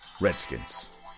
Redskins